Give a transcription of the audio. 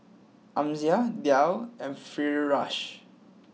Amsyar Dhia and Firash